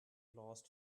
last